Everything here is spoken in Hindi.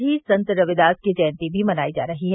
आज ही संत रविदास की जयंती भी मनायी जा रही है